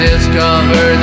Discover